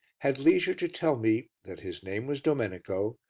had leisure to tell me that his name was domenico,